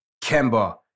Kemba